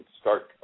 start